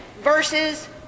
versus